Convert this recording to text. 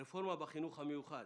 רפורמה בחינוך המיוחד,